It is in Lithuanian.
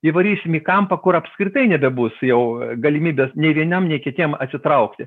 įvarysim į kampą kur apskritai nebebus jau galimybės nei vieniem nei kitiem atsitraukti